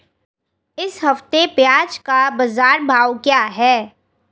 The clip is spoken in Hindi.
इस हफ्ते प्याज़ का बाज़ार भाव क्या है?